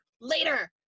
later